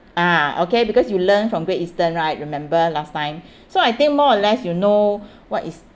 ah okay because you learnt from Great Eastern right remember last time so I think more or less you know what is